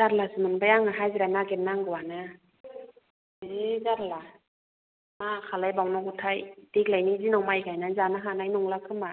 जारलासो मोनबाय आङो हाजिरा नागिर नांगौआनो जि जारला मा खालायबावनांगौथाय देग्लायनि दिनाव माइ गायना जानो हानाय नंला खोमा